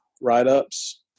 write-ups